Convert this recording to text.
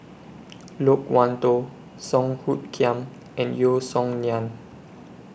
Loke Wan Tho Song Hoot Kiam and Yeo Song Nian